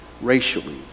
racially